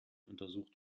untersucht